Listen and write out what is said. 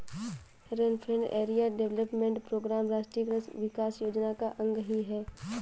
rainfed area development programme राष्ट्रीय कृषि विकास योजना का अंग ही है